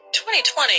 2020